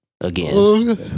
again